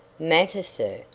matter, sir!